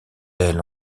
elle